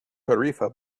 tarifa